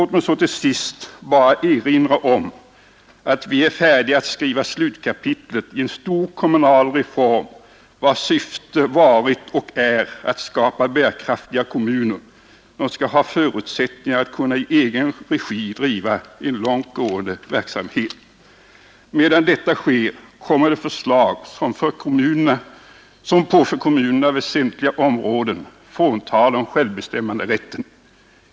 Till sist vill jag bara erinra om att vi är färdiga att skriva slutkapitlet i en stor kommunal reform, vars syfte har varit och är att skapa bärkraftiga kommuner, som skall ha förutsättningar att kunna i egen regi driva en långt gående verksamhet. Medan detta sker kommer det förslag som på för kommunerna väsentliga områden fråntar dem självbestämmanderätten.